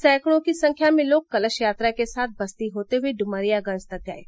सैकड़ो की संख्या में लोग कलश यात्रा के साथ बस्ती होते हुए डुनरियागंज तक गये